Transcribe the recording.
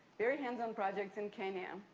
very hands-on projects in kenya,